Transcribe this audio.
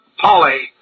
Polly